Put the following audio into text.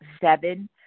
Seven